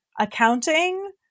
accounting